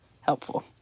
helpful